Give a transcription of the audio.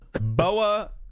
Boa